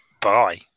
bye